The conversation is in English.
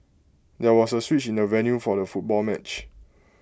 there was A switch in the venue for the football match